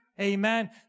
Amen